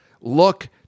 look